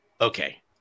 Okay